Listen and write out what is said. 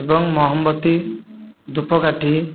ଏବଂ ମହମବତୀ ଧୂପକାଠି